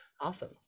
awesome